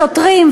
שוטרים,